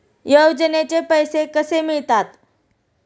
योजनेचे पैसे कसे मिळतात?